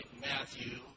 Matthew